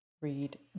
read